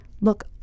look